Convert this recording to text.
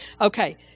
Okay